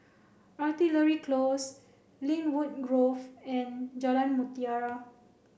Artillery Close Lynwood Grove and Jalan Mutiara